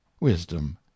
wisdom